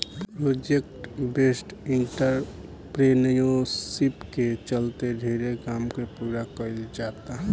project based entrepreneurship के चलते ढेरे काम के पूरा कईल जाता